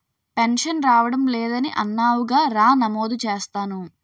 pension రావడం లేదని అన్నావుగా రా నమోదు చేస్తాను